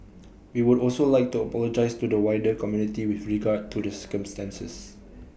we would also like to apologise to the wider community with regard to the circumstances